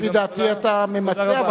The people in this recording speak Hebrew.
לפי דעתי אתה ממצה, תודה רבה.